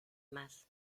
más